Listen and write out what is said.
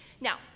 Now